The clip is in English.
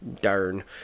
Darn